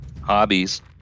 hobbies